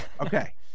Okay